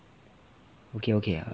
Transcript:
okay okay ah